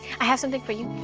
i have something for you.